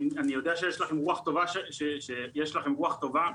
אני יודע שיש לכם רוח טובה,